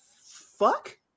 fuck